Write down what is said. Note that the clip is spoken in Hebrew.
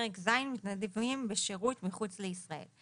תעריף בעד מתנדב בשירות מחוץ לישראל.